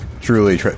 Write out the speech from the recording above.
truly